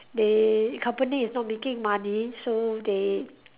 they company is not making money so they